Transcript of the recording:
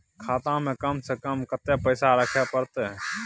खाता में कम से कम कत्ते पैसा रखे परतै?